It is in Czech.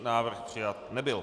Návrh přijat nebyl.